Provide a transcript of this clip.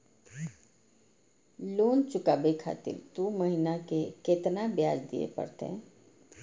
Loan चुकाबे खातिर दो महीना के केतना ब्याज दिये परतें?